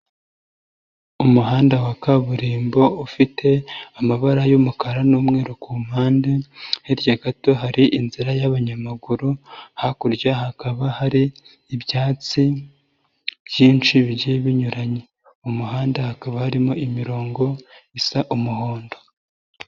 Umuhanda wa kaburimbo ufite amabara y'umukara n'umweru kumpande, hirya gato hari inzira y'abanyamaguru, hakurya hakaba hari ibyatsi byinshi bigiye binyuranye, mu muhanda hakaba harimo imirongo isa umuhondo.